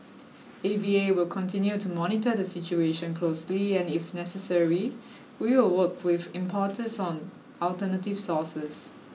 A V A will continue to monitor the situation closely and if necessary we will work with importers on alternative sources